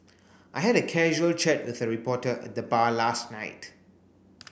I had a casual chat with a reporter at the bar last night